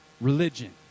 religion